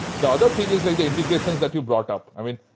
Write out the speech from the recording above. the other thing is like the integrations that you brought up. i mean,